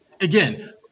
again